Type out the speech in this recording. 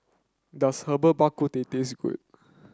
does Herbal Bak Ku Teh taste good